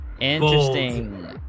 Interesting